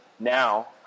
Now